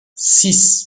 six